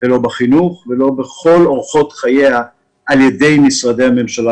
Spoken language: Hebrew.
לא בחינוך ולא בכל אורחות חייה על ידי משרדי הממשלה